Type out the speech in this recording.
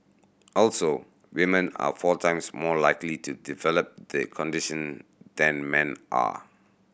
also women are four times more likely to develop the condition than men are